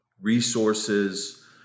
resources